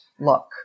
look